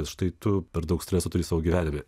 štai tu per daug streso turi savo gyvenime